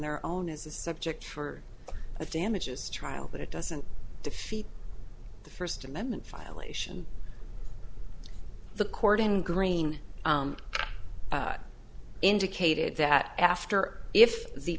their own as a subject for the damages trial but it doesn't defeat the first amendment violation the court in green indicated that after if the